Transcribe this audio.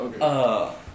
Okay